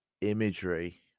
imagery